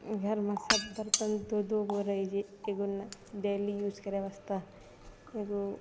ई घरमे सब बर्तनके एगो डोलीमे रखतै एगो